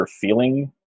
feeling